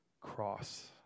cross